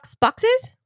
boxes